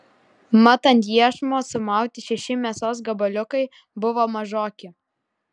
mat ant iešmo sumauti šeši mėsos gabaliukai buvo mažoki